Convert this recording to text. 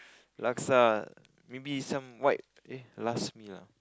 laksa maybe some white eh last meal ah